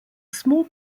small